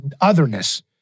otherness